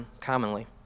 commonly